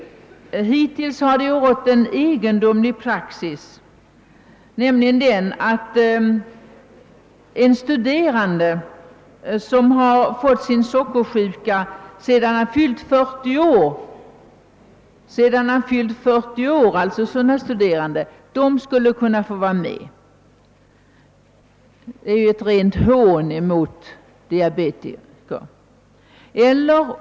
Hittills har det rått en egendomlig praxis på detta område. En studerande som har fått sockersjuka sedan han fyllt 40 år har kunnat få vara med i försäkringen. Detta är ett rent hån mot diabetikerna.